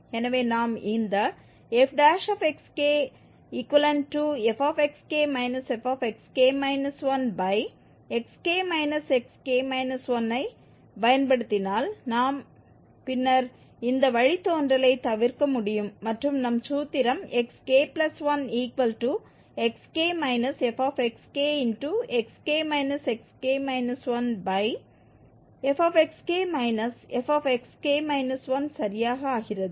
எனவே நாம் இந்த fxkfxk fxk 1xk xk 1ஐ பயன்படுத்தினால் பின்னர் நாம் இந்த வழித்தோன்றலை தவிர்க்க முடியும் மற்றும் நம் சூத்திரம் xk1xk fxkxk xk 1fxk fxk 1 சரியாக ஆகிறது